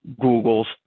Google's